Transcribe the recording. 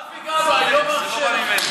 אבי גבאי לא מאפשר לכם,